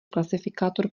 klasifikátor